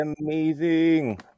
amazing